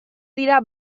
dira